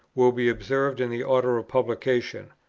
will be observed in the order of publication.